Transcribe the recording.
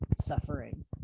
suffering